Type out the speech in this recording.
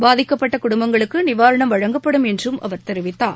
பாதிக்கப்பட்ட குடும்பங்களுக்கு நிவாரணம் வழங்கப்படும் என்றும் அவர் தெரிவித்தார்